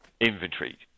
inventory